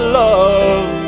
love